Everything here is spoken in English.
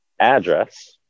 address